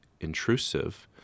intrusive